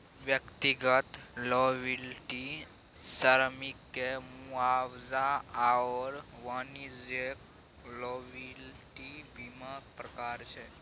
व्यक्तिगत लॉयबिलटी श्रमिककेँ मुआवजा आओर वाणिज्यिक लॉयबिलटी बीमाक प्रकार छै